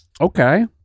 Okay